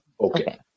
Okay